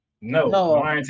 no